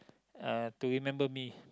uh to remember me